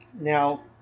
Now